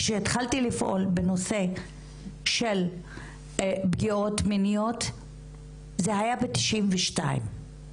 כשהתחלתי לפעול בנושא של פגיעות מיניות זה היה ב-1992,